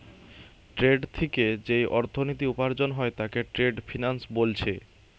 trade থিকে যেই অর্থনীতি উপার্জন হয় তাকে ট্রেড ফিন্যান্স বোলছে